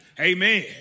Amen